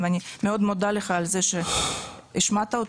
ואני מאוד מודה לך על זה שהשמעת אותו.